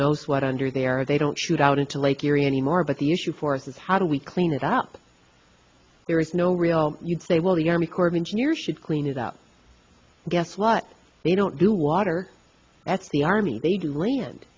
knows what under there they don't shoot out into lake erie anymore but the issue for us is how do we clean it up there is no real you'd say well the army corps of engineers should clean it up guess what they don't do water that's the army they do land